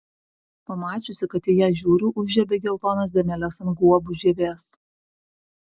pamačiusi kad į ją žiūriu užžiebė geltonas dėmeles ant guobų žievės